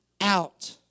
out